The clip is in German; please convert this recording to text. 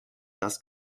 das